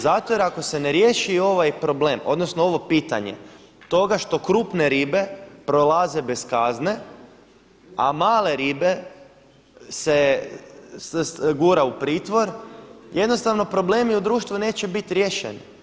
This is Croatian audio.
Zato jer ako se ne riješi ovaj problem odnosno ovo pitanje, toga što krupne ribe prolaze bez kazne, a male ribe se gura u pritvor jednostavno problemi u društvu neće biti riješeni.